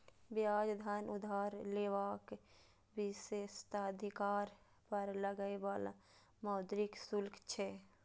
ब्याज धन उधार लेबाक विशेषाधिकार पर लागै बला मौद्रिक शुल्क छियै